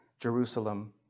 Jerusalem